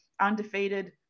undefeated